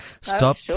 Stop